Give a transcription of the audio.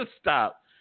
Stop